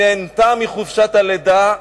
היא נהנתה מחופשת הלידה,